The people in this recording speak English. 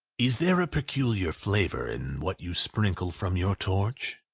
is there a peculiar flavour in what you sprinkle from your torch?